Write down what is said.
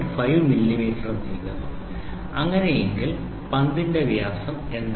5 millimetre നീങ്ങുന്നു അങ്ങനെഎങ്കിൽ പന്തിന്റെ വ്യാസം എന്താണ്